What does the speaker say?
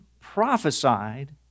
prophesied